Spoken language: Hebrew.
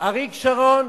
אריק שרון